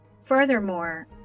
Furthermore